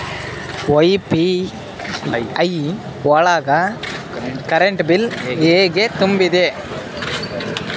UPI ಒಳಗ current bill ಹೆಂಗ್ ತುಂಬದ್ರಿ?